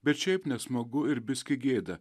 bet šiaip nesmagu ir biskį gėda